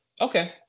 Okay